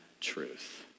truth